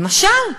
למשל,